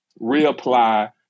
reapply